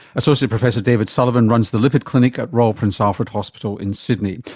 associate professor david sullivan runs the lipid clinic at royal prince alfred hospital in sydney.